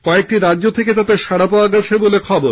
কয়েকটি রাজ্য থেকে তাতে সাড়া পাওয়া গেছে বলে খবর